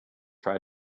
try